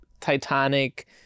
Titanic